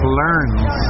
learns